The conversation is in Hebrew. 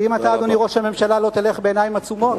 אם אתה, אדוני ראש הממשלה, לא תלך בעיניים עצומות,